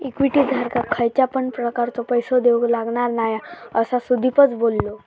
equity धारकाक खयच्या पण प्रकारचो पैसो देऊक लागणार नाय हा, असा सुदीपच बोललो